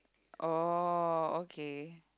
oh okay